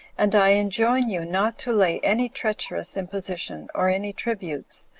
and i enjoin you not to lay any treacherous imposition, or any tributes,